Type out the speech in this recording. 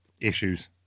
issues